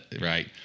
Right